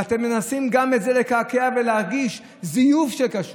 ואתם מנסים גם את זה לקרקע ולהגיש זיוף של כשרות,